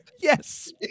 Yes